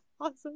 awesome